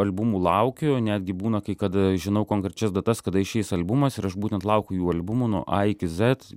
albumų laukiu netgi būna kai kada žinau konkrečias datas kada išeis albumas ir aš būtent laukiu jų albumų nuo a iki zet